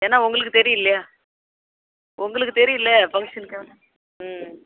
ஏன்னா உங்களுக்கு தெரியும் இல்லையா உங்களுக்கு தெரியும் இல்லை ஃபங்க்ஷனுக்காக ம்